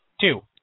Two